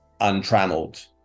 untrammeled